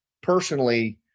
personally